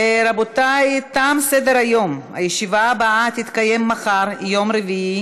רבותי, אנחנו נצטרך להצביע על הצעת הוועדה.